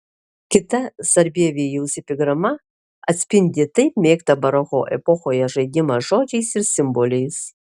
kita sarbievijaus epigrama atspindi taip mėgtą baroko epochoje žaidimą žodžiais ir simboliais